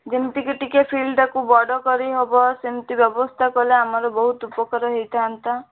ଯେମତିକି ଟିକେ ଫିଳ୍ଡଟାକୁ ବଡ଼ କରିହେବ ସେମତି ବ୍ୟବସ୍ଥା କଲେ ଆମର ବହୁତ ଉପକାର ହୋଇଥାନ୍ତା